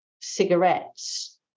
cigarettes